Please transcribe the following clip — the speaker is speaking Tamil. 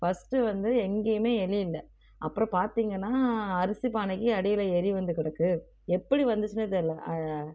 ஃபர்ஸ்ட் வந்து எங்கேயுமே எலி இல்லை அப்புறம் பார்த்திங்கன்னா அரிசி பானைக்கு அடியில் எலி வந்து கிடக்கு எப்படி வந்துச்சினே தெரியல